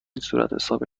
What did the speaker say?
صورتحساب